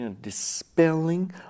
dispelling